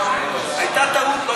הייתה טעות.